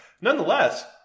Nonetheless